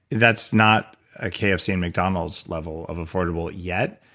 that's not a kfc and mcdonalds level of affordable yet,